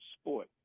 sport